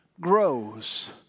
grows